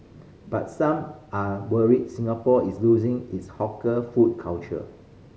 but some are worried Singapore is losing its hawker food culture